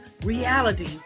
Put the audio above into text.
reality